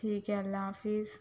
ٹھیک ہے اللہ حافظ